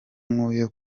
nkuye